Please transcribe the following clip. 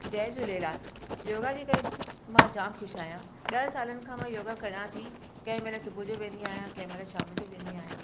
जय Jhulelal yoga जे करे मां जाम ख़ुशि आहियां ॾह सालनि खां मां योगा कयां थी कंहिं महिल सुबुह जो वेंदी आहियां कंहिं महिल शाम जो वेंदी आहियां